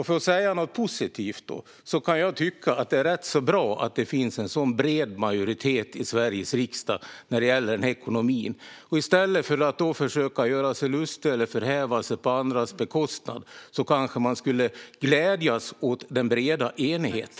För att säga något positivt kan jag tycka att det är rätt bra att det finns en så bred majoritet i Sveriges riksdag när det gäller ekonomin på det här området. I stället för att försöka göra sig lustig eller förhäva sig på andras bekostnad kanske man skulle glädjas åt den breda enigheten.